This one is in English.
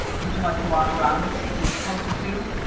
would you like to walk around and see things closer to?